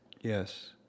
Yes